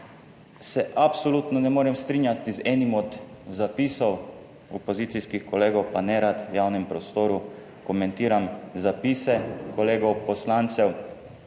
se absolutno ne morem strinjati z enim od zapisov opozicijskih kolegov, pa nerad v javnem prostoru komentiram zapise kolegov poslancev